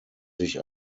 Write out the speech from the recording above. sich